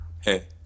Hey